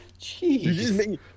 Jeez